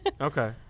Okay